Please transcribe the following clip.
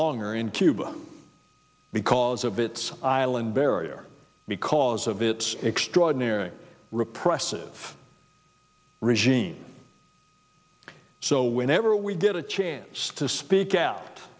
longer in cuba because of its island barrier because of its extraordinary repressive regime so whenever we get a chance to speak out